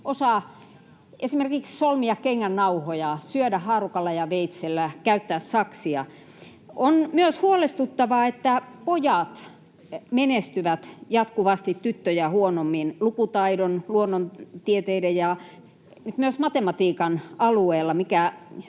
osaa esimerkiksi solmia kengännauhoja, syödä haarukalla ja veitsellä tai käyttää saksia. On myös huolestuttavaa, että pojat menestyvät jatkuvasti tyttöjä huonommin lukutaidon, luonnontieteiden ja nyt myös matematiikan alueilla,